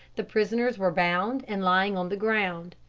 the prisoners were bound and lying on the ground.